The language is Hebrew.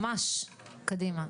קדימה.